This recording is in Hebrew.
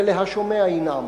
ולשומע ינעם.